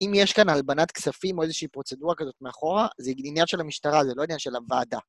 אם יש כאן הלבנת כספים או איזושהי פרוצדורה כזאת מאחורה, זה עניינה של המשטרה, זה לא עניין של הוועדה.